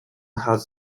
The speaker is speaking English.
has